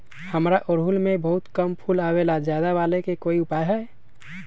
हमारा ओरहुल में बहुत कम फूल आवेला ज्यादा वाले के कोइ उपाय हैं?